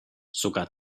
sogar